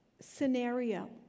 scenario